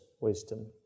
wisdom